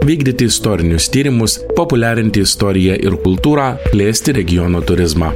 vykdyti istorinius tyrimus populiarinti istoriją ir kultūrą plėsti regiono turizmą